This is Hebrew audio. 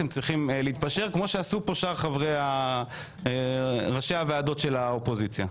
אתם צריכים להתפשר כמו שעשו פה שאר ראשי הוועדות של האופוזיציה.